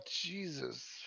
Jesus